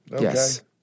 Yes